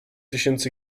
tysięcy